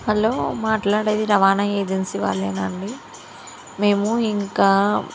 hello మాట్లాడేది రవాణా agency వాళ్ళేనా అండి మేము ఇంకా